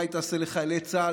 מה היא תעשה לחיילי צה"ל,